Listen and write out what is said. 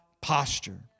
posture